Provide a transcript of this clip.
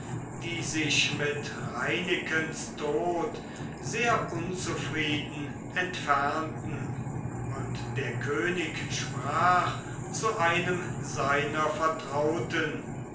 die sich mit reinekens tod sehr unzufrieden entfernten und der könig sprach zu einem seiner vertrauten